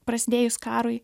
prasidėjus karui